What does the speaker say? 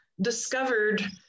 discovered